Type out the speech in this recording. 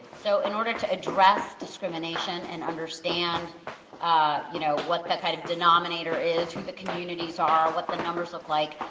so in order to address discrimination and understand ah you know what the kind of denominator is, who the communities are, what the numbers look like,